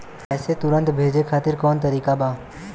पैसे तुरंत भेजे खातिर कौन तरीका बा?